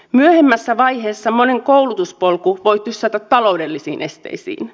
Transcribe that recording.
myöhemmässä vaiheessa monen koulutuspolku voi tyssätä taloudellisiin esteisiin